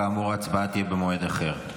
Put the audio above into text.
כאמור, הצבעה תהיה במועד אחר.